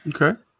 Okay